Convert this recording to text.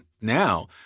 now